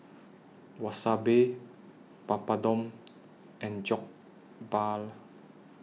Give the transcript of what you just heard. Wasabi Papadum and Jokbal